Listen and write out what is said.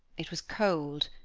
it was cold,